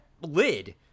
lid